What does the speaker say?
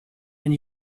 and